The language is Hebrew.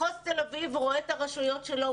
מחוז תל אביב רואה את הרשויות שלו,